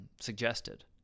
suggested